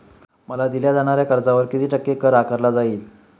मला दिल्या जाणाऱ्या कर्जावर किती टक्के कर आकारला जाईल?